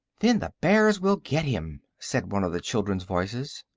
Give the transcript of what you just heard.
then the bears will get him, said one of the children's voices.